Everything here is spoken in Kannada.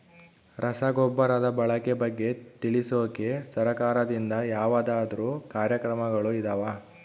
ರಸಗೊಬ್ಬರದ ಬಳಕೆ ಬಗ್ಗೆ ತಿಳಿಸೊಕೆ ಸರಕಾರದಿಂದ ಯಾವದಾದ್ರು ಕಾರ್ಯಕ್ರಮಗಳು ಇದಾವ?